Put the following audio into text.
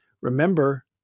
remember